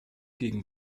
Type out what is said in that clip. gegen